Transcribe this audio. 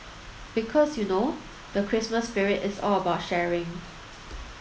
because you know the Christmas spirit is all about sharing